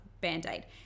band-aid